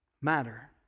matter